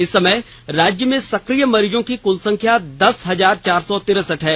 इस समय राज्य में सक्रिय मरीजों की कुल संख्या दस हजार चार सौ तिरसठ है